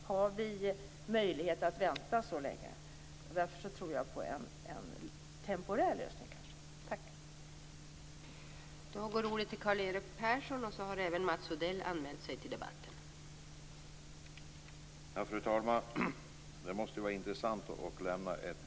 Har vi möjlighet att vänta så länge? Därför tror jag på en temporär lösning.